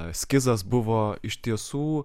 eskizas buvo iš tiesų